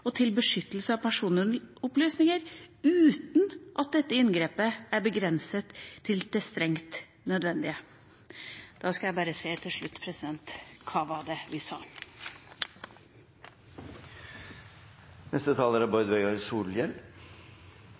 og til beskyttelse av personopplysninger, uten at dette inngrepet er begrenset til det strengt nødvendige.» Da skal jeg bare si helt til slutt: Hva var det vi